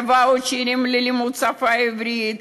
לוואוצ'רים ללימוד השפה העברית,